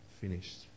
finished